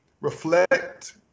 reflect